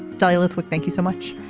douglas wood thank you so much.